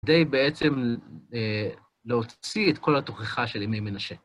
כדי בעצם להוציא את כל התוכחה של ימי מנשה.